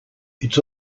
it’s